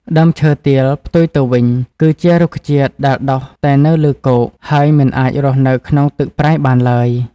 ដើមឈើទាល ផ្ទុយទៅវិញ គឺជារុក្ខជាតិដែលដុះតែនៅលើគោក ហើយមិនអាចរស់នៅក្នុងទឹកប្រៃបានឡើយ។